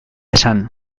esan